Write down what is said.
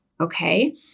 Okay